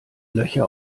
löcher